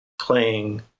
playing